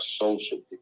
socially